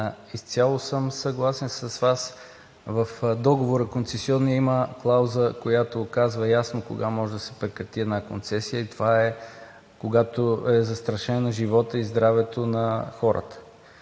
изцяло съм съгласен с Вас. В концесионния договор има клауза, която казва ясно кога може да се прекрати една концесия, и това е, когато е застрашен животът и здравето на хората.